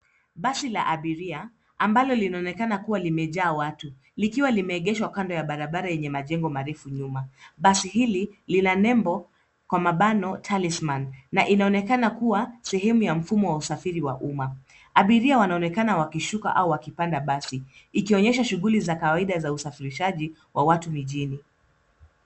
Basi la abiria ambalo linaonekana kuwa limejaa watu likiwa limeegeshwa kando ya barabara yenye majengo marefu nyuma. Basi hili lina nembo kwa mabano talisman na inaonekana kuwa sehemu ya mfumo wa usafiri wa umma. abiria wanaonekana wakishuka au wakipanda basi ikionyesha shughuli za kawaida za usafirishaji wa watu mijini.